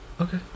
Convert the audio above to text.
Okay